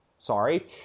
Sorry